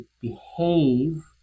behave